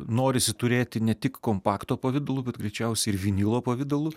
norisi turėti ne tik kompakto pavidalu bet greičiausiai ir vinilo pavidalu